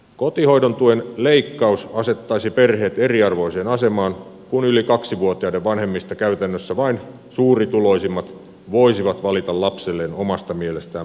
kotihoidon tuen leikkaus asettaisi perheet eriarvoiseen asemaan kun yli kaksivuotiaiden vanhemmista käytännössä vain suurituloisimmat voisivat valita lapselleen omasta mielestään parhaan hoitomuodon